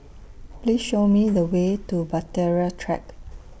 Please Show Me The Way to Bahtera Track